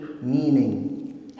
meaning